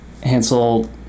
Hansel